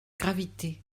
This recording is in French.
gravité